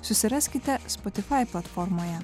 susiraskite spotifai platformoje